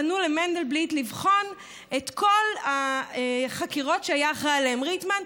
פנו למנדלבליט לבחון את כל החקירות שהיה אחראי להן ריטמן.